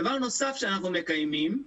דבר נוסף שאנחנו מקיימים,